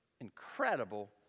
incredible